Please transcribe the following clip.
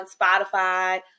Spotify